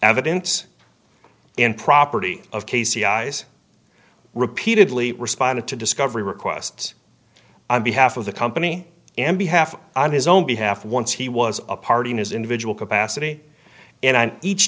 property of casey i's repeatedly responded to discovery requests on behalf of the company and behalf on his own behalf once he was a party in his individual capacity and each